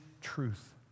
truth